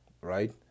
right